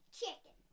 chicken